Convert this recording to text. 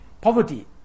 poverty